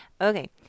Okay